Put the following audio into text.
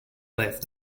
left